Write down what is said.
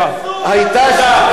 יותר טוב,